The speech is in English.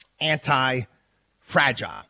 anti-fragile